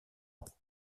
ans